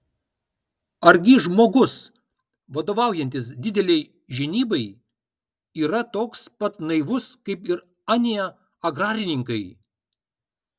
argi žmogus vadovaujantis didelei žinybai yra toks pat naivus kaip ir anie agrarininkai